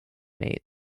mate